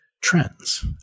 trends